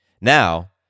Now